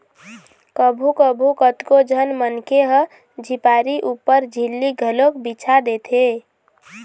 कभू कभू कतको झन मनखे ह झिपारी ऊपर झिल्ली घलोक बिछा देथे